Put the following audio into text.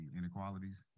inequalities